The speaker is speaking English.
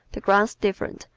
the grounds different,